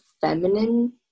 feminine